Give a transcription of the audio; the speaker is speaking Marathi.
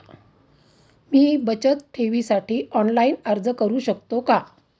मी बचत ठेवीसाठी ऑनलाइन अर्ज करू शकतो का?